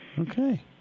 Okay